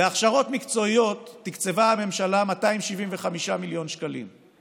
להכשרות מקצועיות תקצבה הממשלה 275 מיליון שקלים,